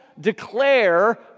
declare